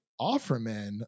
Offerman